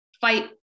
fight